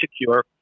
secure